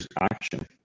action